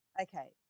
okay